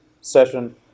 session